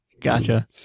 Gotcha